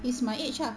he's my age ah